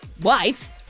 wife